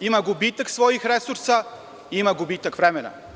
ima gubitak svojih resursa i ima gubitak vremena.